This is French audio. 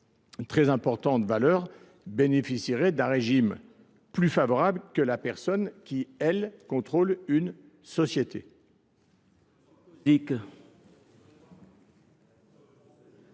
très importante bénéficierait d’un régime plus favorable que la personne qui contrôle une société.